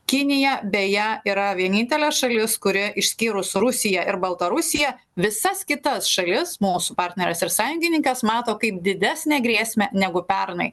kinija beje yra vienintelė šalis kuri išskyrus rusiją ir baltarusiją visas kitas šalis mūsų partneris ir sąjungininkas mato kaip didesnę grėsmę negu pernai